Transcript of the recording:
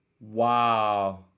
Wow